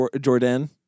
Jordan